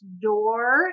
door